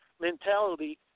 mentality